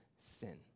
Sin